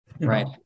right